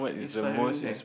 inspiring eh